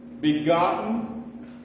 begotten